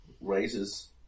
raises